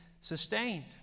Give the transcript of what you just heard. sustained